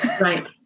Right